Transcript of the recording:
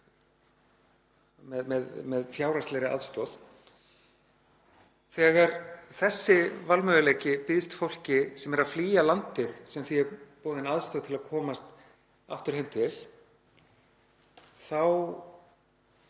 með fjárhagslegri aðstoð. Þegar þessi valmöguleiki býðst fólki sem er að flýja landið sem því er boðin aðstoð til að komast aftur heim til, þá